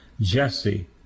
Jesse